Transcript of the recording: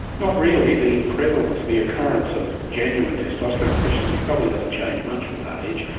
not really. the prevalence, the occurrence of genuine testosterone deficiency probably doesn't change much with age.